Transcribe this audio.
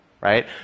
right